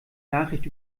nachricht